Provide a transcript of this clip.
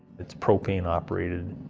it's propane operated.